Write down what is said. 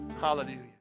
Hallelujah